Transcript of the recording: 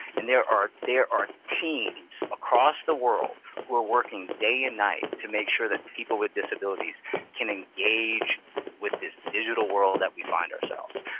and there are there are teams across the world who are working day and night to make sure that people with disabilities can engage with this digital world that we find ourselves.